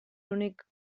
únic